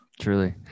truly